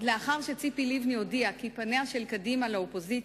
לאחר שציפי לבני הודיעה כי פניה של קדימה לאופוזיציה,